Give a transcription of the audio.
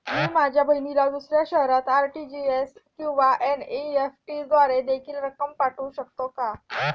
मी माझ्या बहिणीला दुसऱ्या शहरात आर.टी.जी.एस किंवा एन.इ.एफ.टी द्वारे देखील रक्कम पाठवू शकतो का?